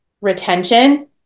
Retention